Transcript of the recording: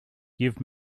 give